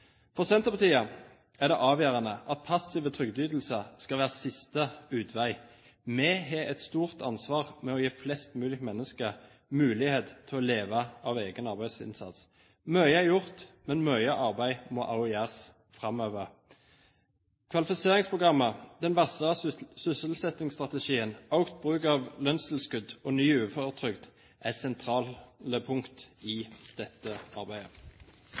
For Senterpartiet er det avgjørende at passive trygdeytelser skal være siste utvei. Vi har et stort ansvar for å gi flest mulig mennesker mulighet til å leve av egen arbeidsinnsats. Mye er gjort, men mye arbeid må også gjøres framover. Kvalifiseringsprogrammet, den varslede sysselsettingsstrategien, økt bruk av lønnstilskudd og ny uføretrygd er sentrale punkt i dette arbeidet.